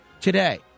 today